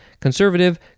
conservative